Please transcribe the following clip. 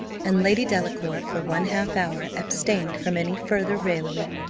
and lady delacour for one half hour abstained from any farther raillery.